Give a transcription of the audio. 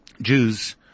Jews